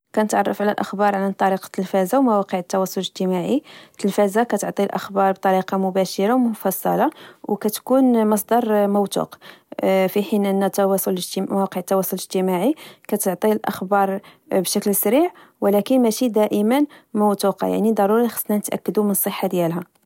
كنتتعرف على الأخبار عن طريق التلفاز أو مواقع التواصل الاجتماعي. التلفاز كتعطي الأخبار بطريقة مباشرة ومفصلة، كتكون مصدر موتوق. في حين أن التواصل، مواقع التواصل الاجتماعي كتعطي الأخبار بشكل سريع ولا كن ماشي دائما موتوقة، يعني ضروري خاصنا نتأكدو من الصحة ديالها